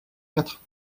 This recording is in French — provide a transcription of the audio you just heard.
quatre